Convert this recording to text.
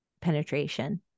penetration